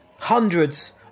Hundreds